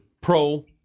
pro